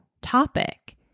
topic